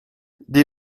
die